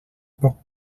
poc